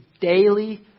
daily